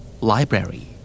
Library